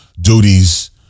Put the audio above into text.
duties